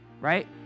right